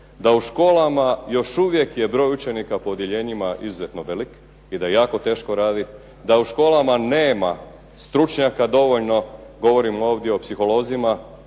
Da u školama još uvijek je broj učenika po odjeljenjima izuzetno velik i da je jako teško radit, da u školama nema stručnjaka dovoljno, govorim ovdje o psiholozima,